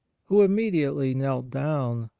who immediately knelt down,